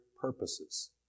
purposes